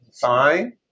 Fine